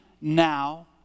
now